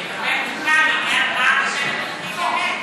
לקבל תשובה לעניין מה עושים עם תוכנית